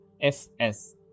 fs